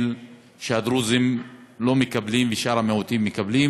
שהדרוזים לא מקבלים ושאר המיעוטים מקבלים,